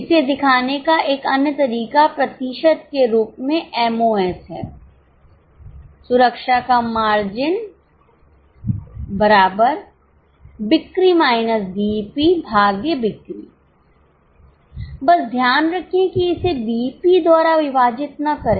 इसे दिखाने का एक अन्य तरीका प्रतिशत के रूप में एमओएस है सुरक्षा का मार्जिन बिक्री बस ध्यान रखें कि इसे बीईपी द्वारा विभाजित न करें